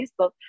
Facebook